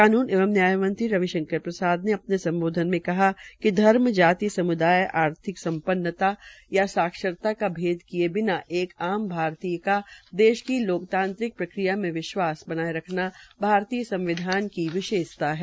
कानून एवं न्याय मंत्री रविशंकर प्रसाद ने अपने सम्बोधन में कहा कि धर्म जाति सम्दाय आर्थिक संपन्नता या साक्षरता का भेद किये बिना एक आम भारतीय का देश की लोकतांत्रिक प्रक्रिया में विश्वास बनाये रखना भारतीय संविधान की विशेषता है